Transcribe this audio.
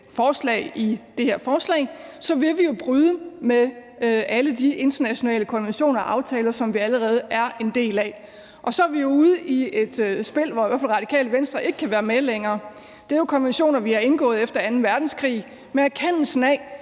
i det her lovforslag, så vil vi bryde med alle de internationale konventioner og aftaler, som vi allerede er en del af. Og så er vi jo ude i et spil, hvor i hvert fald Radikale Venstre ikke kan være med længere. Det er jo konventioner, vi har indgået efter anden verdenskrig i erkendelsen af,